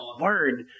Word